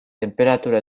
tenperatura